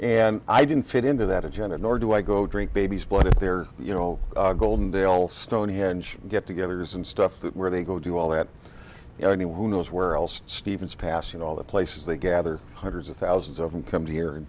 and i didn't fit into that agenda nor do i go drink babies but if there are you know goldendale stonehenge get togethers and stuff where they go do all that you know anyone who knows where else stevens pass in all the places they gather hundreds of thousands of them come to